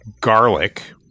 garlic